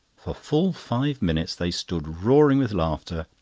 for full five minutes they stood roaring with laughter,